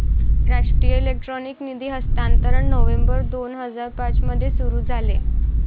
राष्ट्रीय इलेक्ट्रॉनिक निधी हस्तांतरण नोव्हेंबर दोन हजार पाँच मध्ये सुरू झाले